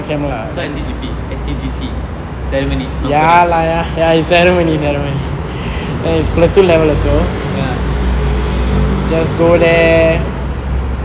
is not S E G P S_E_G_C ceremony not parade ya